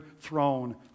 throne